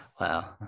Wow